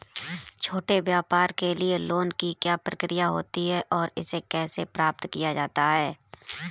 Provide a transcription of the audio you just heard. छोटे व्यापार के लिए लोंन की क्या प्रक्रिया होती है और इसे कैसे प्राप्त किया जाता है?